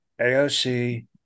AOC